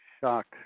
shocked